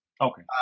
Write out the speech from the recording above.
okay